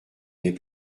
n’est